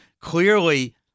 clearly